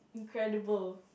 incredible